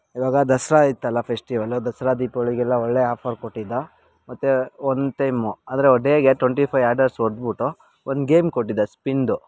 ಇವಾಗ ದಸರಾ ಇತ್ತಲ್ಲ ಫೆಸ್ಟಿವಲು ದಸರಾ ದೀಪಾವಳಿಗೆಲ್ಲ ಒಳ್ಳೆಯ ಆಫರ್ ಕೊಟ್ಟಿದ್ದ ಮತ್ತು ಒಂದು ಟೈಮು ಅಂದರೆ ಡೇಗೆ ಟ್ವೆಂಟಿ ಫೈ ಆರ್ಡರ್ಸ್ ಹೊಡ್ದ್ಬುಟ್ಟು ಒಂದು ಗೇಮ್ ಕೊಟ್ಟಿದ್ದ ಸ್ಪಿನ್ದು